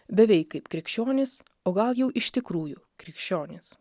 beveik kaip krikščionis o gal jau iš tikrųjų krikščionis